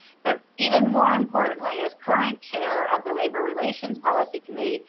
but even more importantly as current chair of the labor relations policy committee,